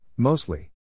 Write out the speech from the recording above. Mostly